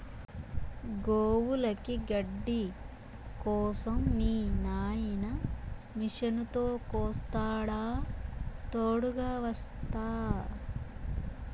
గోవులకి గడ్డి కోసం మీ నాయిన మిషనుతో కోస్తాడా తోడుగ వస్తా